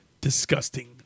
disgusting